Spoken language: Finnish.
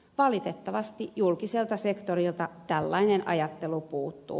valitettavasti julkiselta sektorilta tällainen ajattelu puuttuu